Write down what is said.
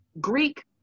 Greek